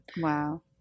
Wow